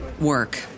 work